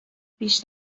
پیش